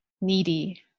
needy